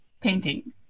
painting